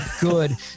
good